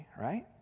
right